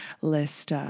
list